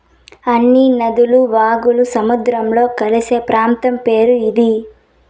అన్ని నదులు వాగులు సముద్రంలో కలిసే ప్రాంతం పేరు ఇది